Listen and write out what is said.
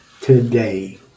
today